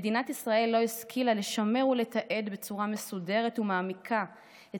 מדינת ישראל לא השכילה לשמר ולתעד בצורה מסודרת ומעמיקה את